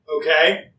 Okay